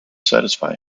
satisfy